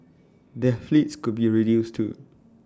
their fleets could be reduced too